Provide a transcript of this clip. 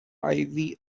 ivy